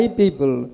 people